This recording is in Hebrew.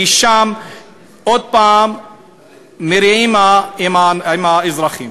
כי שם עוד פעם מרעים עם האזרחים.